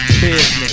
business